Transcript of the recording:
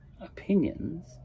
opinions